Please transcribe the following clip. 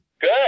good